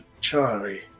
Charlie